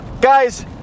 guys